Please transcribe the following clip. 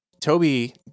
Toby